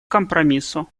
компромиссу